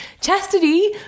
Chastity